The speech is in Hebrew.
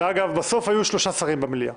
אגב, בסוף היו שלושה שרים במליאה.